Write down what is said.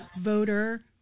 voter